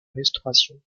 restauration